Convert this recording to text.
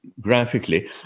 graphically